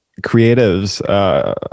creatives